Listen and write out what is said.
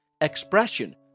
expression